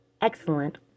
excellent